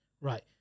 Right